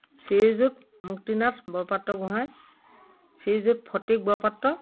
Srijut Muktinath Borpatra Gohain Shriyut Phatik Borpatra